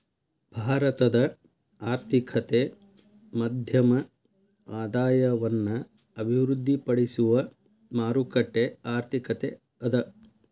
ಭಾರತದ ಆರ್ಥಿಕತೆ ಮಧ್ಯಮ ಆದಾಯವನ್ನ ಅಭಿವೃದ್ಧಿಪಡಿಸುವ ಮಾರುಕಟ್ಟೆ ಆರ್ಥಿಕತೆ ಅದ